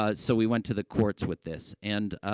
ah so we went to the courts with this. and,